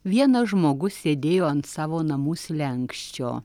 vienas žmogus sėdėjo ant savo namų slenksčio